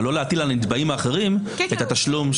אבל לא להטיל על נתבעים אחרים את התשלום.